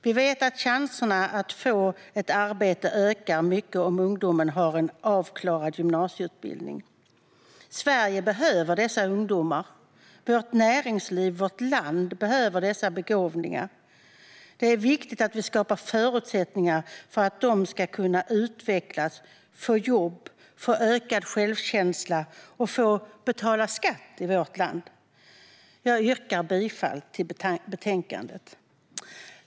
Vi vet att chanserna att få ett arbete ökar mycket om ungdomen har en avklarad gymnasieutbildning. Sverige behöver dessa ungdomar. Vårt näringsliv och vårt land behöver dessa begåvningar. Det är viktigt att vi skapar förutsättningar för att de ska kunna utvecklas, få jobb, få ökad självkänsla och få betala skatt i vårt land. Jag yrkar bifall till utskottets förslag i betänkandet.